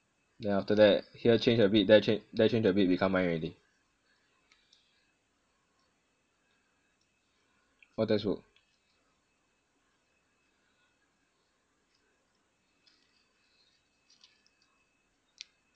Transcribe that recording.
then after that here change a bit there there change a bit become mine already what textbook